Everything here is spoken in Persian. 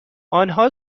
آنها